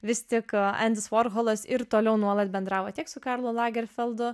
vis tik endis vorholas ir toliau nuolat bendravo tiek su karlu lagerfildu